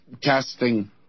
casting